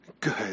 good